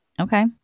Okay